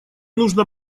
нужно